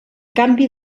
canvi